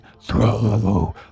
throw